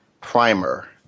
Primer